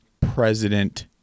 president